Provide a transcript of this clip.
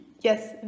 Yes